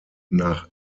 nach